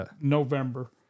November